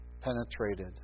penetrated